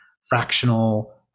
fractional